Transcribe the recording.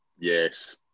yes